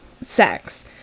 sex